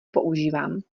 používám